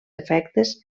efectes